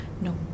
no